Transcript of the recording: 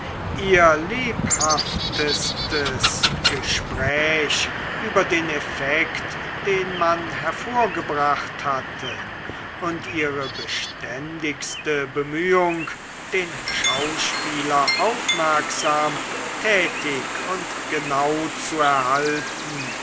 ihr lebhaftestes gespräch über den effekt den man hervorgebracht hatte und ihre beständigste bemühung den schauspieler aufmerksam tätig und genau zu erhalten